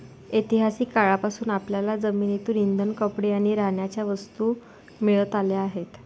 ऐतिहासिक काळापासून आपल्याला जमिनीतून इंधन, कपडे आणि राहण्याच्या वस्तू मिळत आल्या आहेत